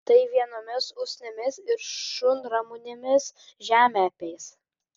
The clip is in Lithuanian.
tai vienomis usnimis ir šunramunėmis žemė apeis